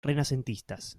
renacentistas